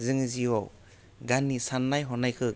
जोङो जिउआव गाननि सान्नाय हनायखो